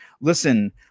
Listen